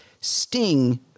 Sting